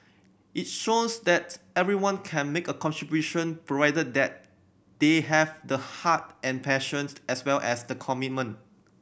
it shows that everyone can make a contribution provided that they have the heart and passion as well as the commitment